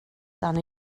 dan